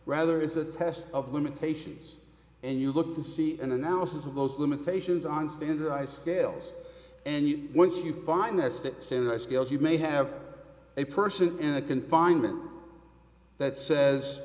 rather is a test of limitations and you look to see an analysis of those limitations on standardized jails and once you find mr sandusky as you may have a person in a confinement that says